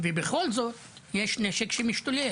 ובכל זאת יש נשק שמשתולל.